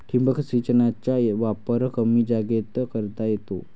ठिबक सिंचनाचा वापर कमी जागेत करता येतो